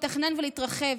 לתכנן ולהתרחב,